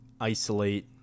isolate